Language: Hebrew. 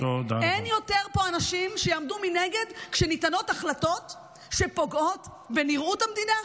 פה אין יותר אנשים שיעמדו מנגד כשניתנות החלטות שפוגעות בנראות המדינה,